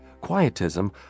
quietism